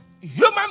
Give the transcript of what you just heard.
human